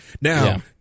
Now